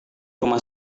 rumah